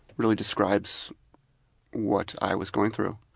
really describes what i was going through.